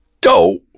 go